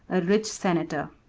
a rich senator.